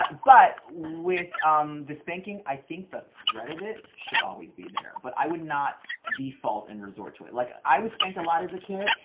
but, with um the spanking i think the threat of it should always be there. but i would not default and resort to it. like i i was spanked a lot as a kid